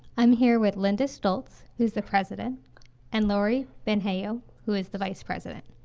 i'm here with linda stoltz, who's the president and laurie bonheyo, who is the vice president?